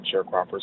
sharecroppers